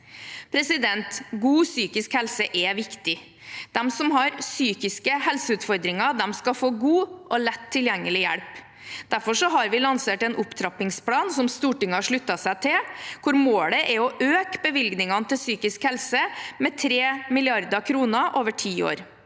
15) God psykisk helse er viktig. De som har psykiske helseutfordringer, skal få god og lett tilgjengelig hjelp. Derfor har vi lansert en opptrappingsplan, som Stortinget har sluttet seg til, hvor målet er å øke bevilgningene til psykisk helse med 3 mrd. kr over ti år.